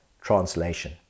Translation